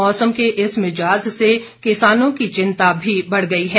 मौसम के इस मिजाज से किसानों की चिंता भी बढ़ गई है